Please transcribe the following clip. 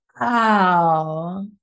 Wow